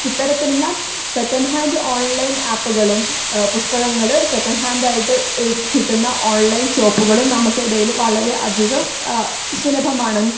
ഇത്തരത്തിലുള്ള second hand online ആപ്പ്കളും പുസ്തകങ്ങൾ സെക്കൻഡ് ഹാൻഡായിട്ട് കിട്ടുന്ന ഓൺലൈൻ ഷോപ്പുകളും നമുക്കിടയിൽ വളരെ അധികം സുലഭമാണ്